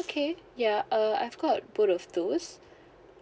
okay ya uh I've got both of those